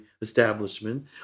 establishment